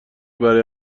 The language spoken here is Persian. برای